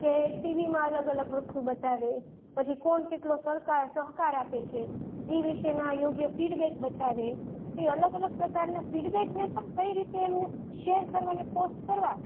કે ટીવીમાં અલગ અલગ વસ્તુ બતાવે પછી કોણ કેટલો સરકાર સહકાર આપે છે એ વિશેના યોગ્ય ફિડબેક બતાવે ઇ અલગ અલગ પ્રકારના ફિડબેકને પણ કઈ રીતે એમને શેર કરવા ને પોસ્ટ કરવા